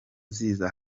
ziza